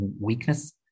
weakness